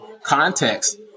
context